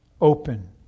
open